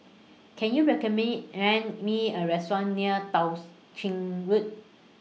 Can YOU Me A Restaurant near Tao's Ching Road